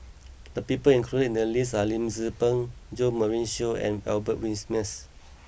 the people included in the list are Lim Tze Peng Jo Marion Seow and Albert Winsemius